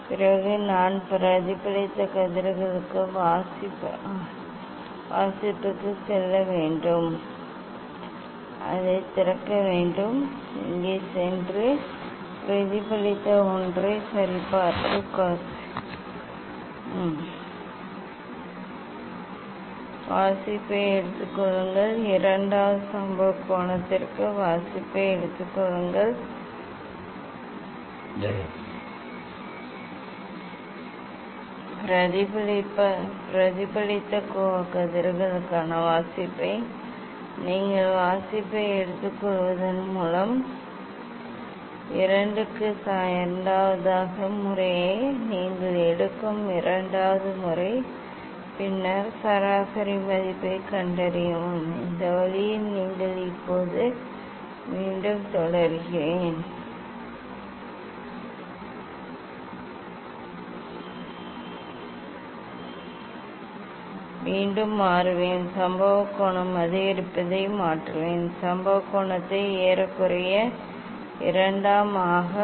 மீண்டும் இரண்டாவது முறை மீண்டும் எடுக்கவும் பின்னர் நான் பிரதிபலித்த கதிர்களுக்கான வாசிப்புக்கு செல்ல வேண்டும் அதைத் திறக்க வேண்டும் இங்கே சென்று பிரதிபலித்த ஒன்றைச் சரிபார்த்து சரிபார்க்கவும் ஓ நான் அதைப் பார்க்க வேண்டும் ஆம் நான் இப்போது பார்க்க முடியும் ஆம் நான் அதை இங்கே பூட்டினேன் தொலைநோக்கியின் இயக்கத்தைக் கண்டறிய இந்த திருகு நன்றாக திருகு பயன்படுத்தவும் வாசிப்பை எடுத்துக்கொள்ளுங்கள் இரண்டாவது சம்பவ கோணத்திற்கு வாசிப்பை எடுத்துக் கொள்ளுங்கள் பிரதிபலித்த கதிர்களுக்கான வாசிப்பை நீங்கள் வாசிப்பை எடுத்துக்கொள்வது போலவே வெர்னியர் 1 மற்றும் வெர்னியர் 2 க்கு இரண்டாவது முறையாக நீங்கள் எடுக்கும் இரண்டாவது முறை எடுத்து பின்னர் சராசரி மதிப்பைக் கண்டறியவும் இந்த வழியில் நீங்கள் இப்போது மீண்டும் தொடர்கிறேன் நான் இப்போது மீண்டும் மாறுவேன் சம்பவ கோணம் அதிகரிப்பதை மாற்றுவேன் சம்பவ கோணத்தை ஏறக்குறைய இரண்டு ஆம் ஆக அதிகரிப்பேன் ஒளிவிலகல் கதிர்கள் மற்றும் பிரதிபலித்த கதிர்கள் ஆகியவற்றிற்கான பரிசோதனையை மீண்டும் செய்யவும் வாசிப்பை வாசிப்பை முடிக்கவும் பின்னர் மீண்டும் 2 டிகிரி மாற்றுவேன் ஆம் ஒளிவிலகல் கதிர்கள் மற்றும் பிரதிபலித்த கதிர்கள் எடுத்துக்கொள்வேன் பின்னர் நான் மாற்றத்தைத் தொடருவேன் ஆமாம் நான் மீண்டும் மாற்றினேன் அதை மீண்டும் செய்கிறேன் பின்னர் நான் இப்போது மாற்றுவேன் அது தலைகீழாக மாறத் தொடங்கியது